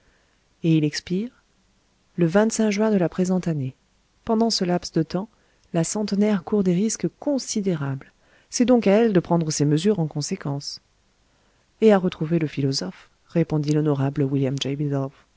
et il expire le juin de la présente année pendant ce laps de temps la centenaire court des risques considérables c'est donc à elle de prendre ses mesures en conséquence et à retrouver le philosophe répondit l'honorable william